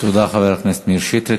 תודה, חבר הכנסת מאיר שטרית.